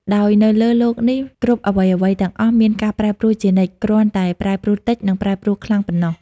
ដោយនៅលើលោកនេះគ្រប់អ្វីៗទាំងអស់មានការប្រែប្រួលជានិច្ច គ្រាន់តែប្រែប្រួលតិច និងប្រែប្រួលខ្លាំងប៉ុណ្តោះ។